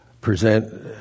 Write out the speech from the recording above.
present